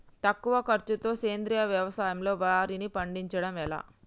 తక్కువ ఖర్చుతో సేంద్రీయ వ్యవసాయంలో వారిని పండించడం ఎలా?